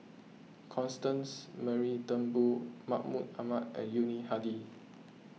Constance Mary Turnbull Mahmud Ahmad and Yuni Hadi